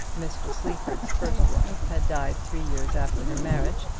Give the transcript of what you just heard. mr. sleaford's first wife had died three years after her marriage,